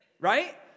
right